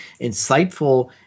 insightful